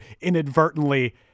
inadvertently